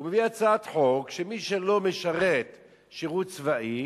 הוא מביא הצעת חוק שמי שלא משרת שירות צבאי